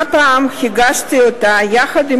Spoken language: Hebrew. הפעם הגשתי אותה יחד עם